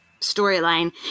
storyline